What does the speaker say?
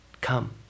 Come